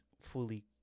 fully